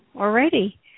already